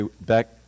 back